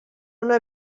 una